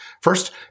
First